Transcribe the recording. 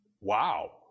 Wow